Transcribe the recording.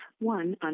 one